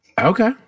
Okay